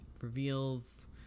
reveals